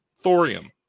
Thorium